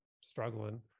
struggling